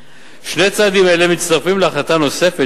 2011. שני צעדים אלה מצטרפים להחלטה נוספת,